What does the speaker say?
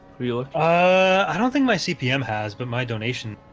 you look ah, i don't think my cpm has but my donation